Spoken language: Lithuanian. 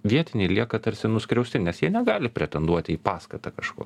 vietiniai lieka tarsi nuskriausti nes jie negali pretenduoti į paskatą kažko